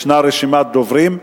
יש רשימת דוברים,